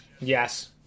Yes